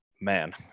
Man